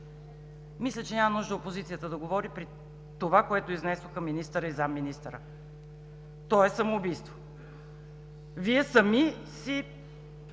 Мисля, че няма нужда опозицията да говори при това, което изнесоха министърът и заместник-министърът. То е самоубийство. Вие сами си